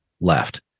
left